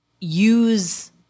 use